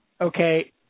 Okay